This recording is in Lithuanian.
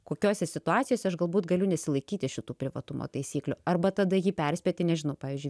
kokiose situacijose aš galbūt galiu nesilaikyti šitų privatumo taisyklių arba tada jį perspėti nežinau pavyzdžiui